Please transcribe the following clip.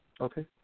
Okay